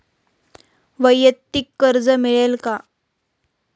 वैयक्तिक कर्ज मिळेल का?